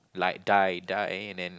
like die die and then